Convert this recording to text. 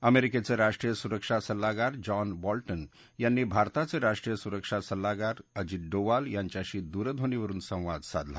अमेरिकेचे राष्ट्रीय सुरक्षा सल्लागार जॉन बॉल्टन यांनी भारताचे राष्ट्रीय सुरक्षा सल्लागार अजीत डोवाल यांच्याशी दूरध्वनीवरून संवाद साधला